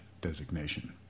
designation